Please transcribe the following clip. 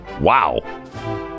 Wow